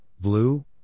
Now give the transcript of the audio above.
blue